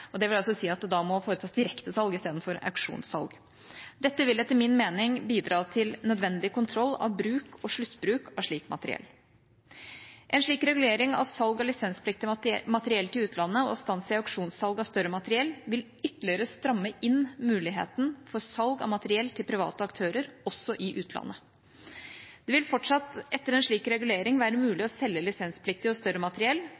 og det vil altså si at det da må foretas direktesalg istedenfor auksjonssalg. Dette vil etter min mening bidra til nødvendig kontroll av bruk og sluttbruk av slikt materiell. En slik regulering av salg av lisenspliktig materiell til utlandet og stans i auksjonssalg av større materiell vil ytterligere stramme inn muligheten for salg av materiell til private aktører også i utlandet. Det vil fortsatt etter en slik regulering være mulig å selge lisenspliktig og større materiell,